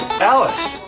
Alice